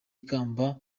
ikamba